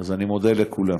אני מודה לכולם.